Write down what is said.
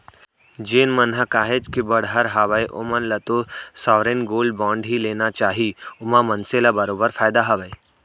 जेन मन ह काहेच के बड़हर हावय ओमन ल तो साँवरेन गोल्ड बांड ही लेना चाही ओमा मनसे ल बरोबर फायदा हावय